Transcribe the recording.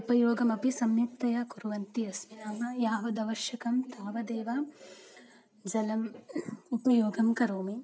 उपयोगमपि सम्यक्तया कुर्वन्ती अस्मि नाम यादवश्यकं तावदेव जलम् उपयोगं करोमि